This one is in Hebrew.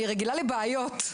אני רגילה לבעיות.